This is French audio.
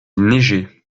neigeait